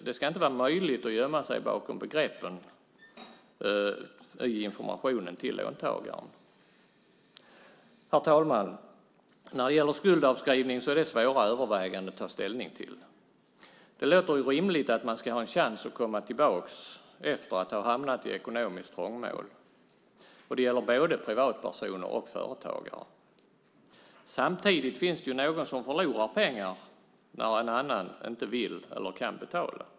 Det ska inte vara möjligt att gömma sig bakom begreppen i informationen till låntagaren. Herr talman! När det gäller skuldavskrivning är det svåra överväganden att ta ställning till. Det låter rimligt att man ska ha en chans att komma tillbaka efter att ha hamnat i ekonomiskt trångmål. Det gäller både privatpersoner och företagare. Samtidigt finns det de som förlorar pengar när någon inte vill eller kan betala.